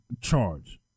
charge